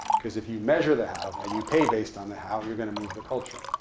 because if you measure the how, and you pay based on the how, you're going to move the culture.